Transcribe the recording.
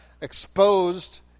exposed